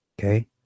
Okay